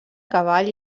cavall